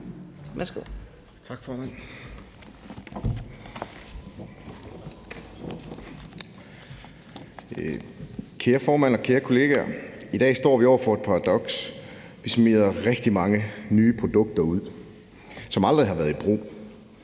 Kære formand og kære kollegaer, i dag står vi over for et paradoks. Vi smider rigtig mange nye produkter ud, som aldrig har været i brug.